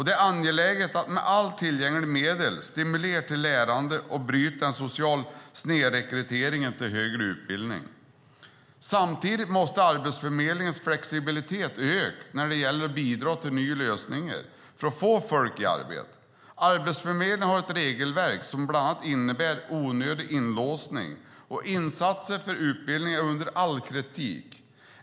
Det är angeläget att med alla tillgängliga medel stimulera till lärande och bryta den sociala snedrekryteringen till högre utbildning. Samtidigt måste Arbetsförmedlingens flexibilitet öka när det gäller att bidra till nya lösningar för att få folk i arbete. Arbetsförmedlingen har ett regelverk som bland annat innebär onödig inlåsning, och insatserna för utbildning är under all kritik.